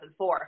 2004